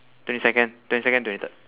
twenty second twenty second twenty third